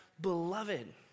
beloved